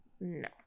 No